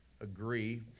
agree